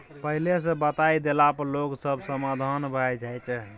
पहिले सँ बताए देला पर लोग सब सबधान भए जाइ छै